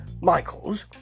Michael's